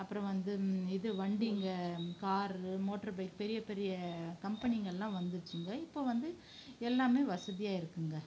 அப்புறம் வந்து இது வண்டிங்கள் காரு மோட்ரு பைக் பெரிய பெரிய கம்பெனிங்கெல்லாம் வந்துச்சிங்க இப்போ வந்து எல்லாமே வசதியாக இருக்குதுங்க